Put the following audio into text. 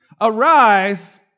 Arise